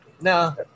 no